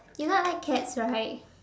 you know I like cats right